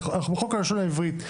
אנחנו בחוק הלשון העברית,